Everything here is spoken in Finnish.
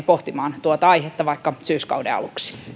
pohtimaan kanssani tuota aihetta vaikka syyskauden aluksi